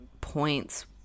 points